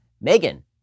Megan